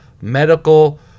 medical